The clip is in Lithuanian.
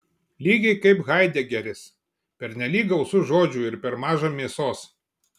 lygiai kaip haidegeris pernelyg gausu žodžių ir per maža mėsos